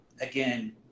again